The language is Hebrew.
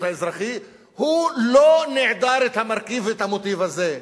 האזרחי לא נעדר את המרכיב ואת המוטיב הזה,